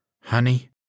Honey